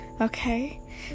Okay